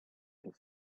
his